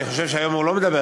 אני חושב שהיום הוא לא מדבר,